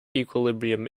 equilibrium